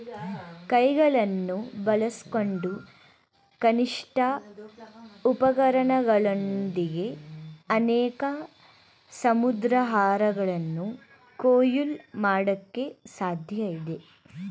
ಕೈಗಳನ್ನು ಬಳಸ್ಕೊಂಡು ಕನಿಷ್ಠ ಉಪಕರಣಗಳೊಂದಿಗೆ ಅನೇಕ ಸಮುದ್ರಾಹಾರಗಳನ್ನ ಕೊಯ್ಲು ಮಾಡಕೆ ಸಾಧ್ಯಇದೆ